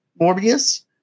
Morbius